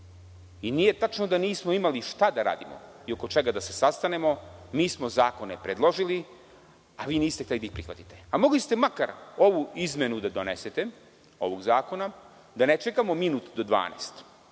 Nije tačno da nismo imali šta da radimo i oko čega da se sastanemo, mi smo zakone predložili, ali vi niste hteli da ih prihvatite. Mogli ste makar ovu izmenu da donesete, ovog zakona, da ne čekamo minut do 12,